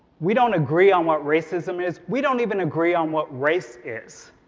we don't agree on what racism is we don't even agree on what race is.